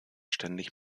ständig